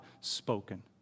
spoken